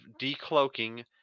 decloaking